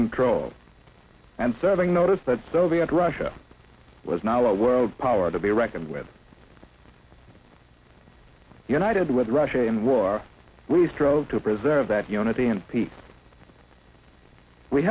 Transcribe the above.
control and serving notice that soviet russia was now a world power to be reckoned with united with russia and war we strove to preserve that unity and people we